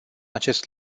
acest